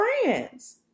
friends